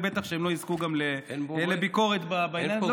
ובטח שהם לא יזכו לביקורת גם בעניין הזה.